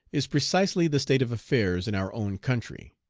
is precisely the state of affairs in our own country.